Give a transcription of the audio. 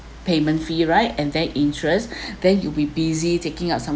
payment fee right and then interest then you be busy taking up some